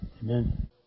Amen